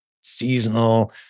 seasonal